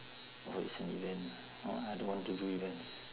oh it's an event no lah I don't want to do events